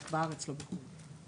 רק בארץ לא בחו"ל.